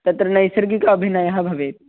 तत्र नैसर्गिकः अभिनयः भवेत्